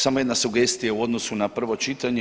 Samo jedna sugestija u odnosu na prvo čitanje.